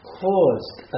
caused